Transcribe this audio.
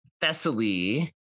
Thessaly